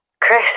Chris